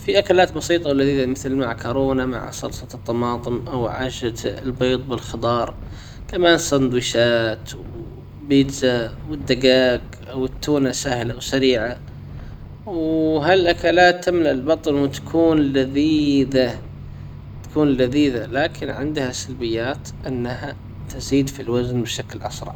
في اكلات بسيطة ولذيذة مثل معكرونة مع صلصة الطماطم او عاشت البيض بالخضار. كمان سندويشات وبيتزا والدجاج او التونا سهلة وسريعة. وهالاكلات تملأ البطن وتكون لذيذة. تكون لذيذة لكن عندها سلبيات انها تزيد في الوزن بشكل اسرع.